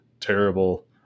terrible